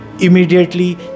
Immediately